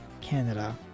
Canada